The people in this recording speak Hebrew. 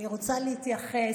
אני רוצה להתייחס